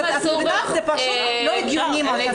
זה פשוט לא הגיוני מה שאנחנו עושים.